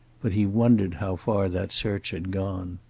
but he wondered how far that search had gone.